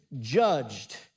judged